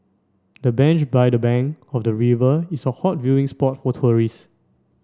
the bench by the bank of the river is a hot viewing spot for tourist